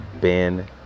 Ben